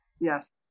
Yes